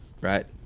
right